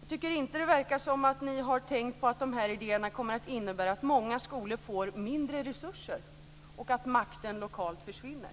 Jag tycker inte att det verkar som att ni har tänkt på att dessa idéer kommer att innebära att många skolor får mindre resurser och att den lokala makten försvinner.